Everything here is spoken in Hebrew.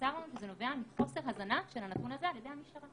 ונמסר לנו שזה נובע מחוסר הזנה של הנתון הזה על ידי המשטרה.